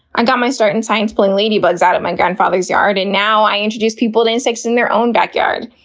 i got my start in science pulling ladybugs out of my grandfather's yard, and now i introduce people to insects in their own backyard.